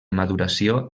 maduració